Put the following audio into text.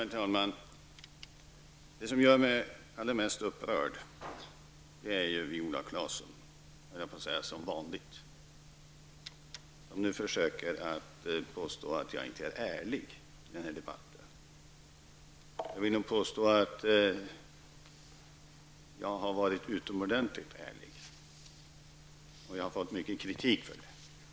Herr talman! Det som gör mig allra mest upprörd är -- som vanligt, höll jag på att säga -- Viola Claesson, som nu försöker påstå att jag inte är ärlig i den här debatten. Jag vill påstå att jag har varit utomordentligt ärlig, och jag har fått mycken kritik för det.